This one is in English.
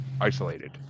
isolated